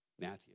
Matthew